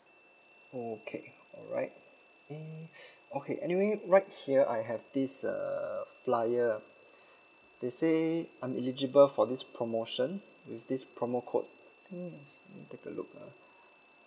okay alright err okay anyway right here I have this uh flyer ah they say I'm eligible for this promotion with this promo code think is let me take a look ah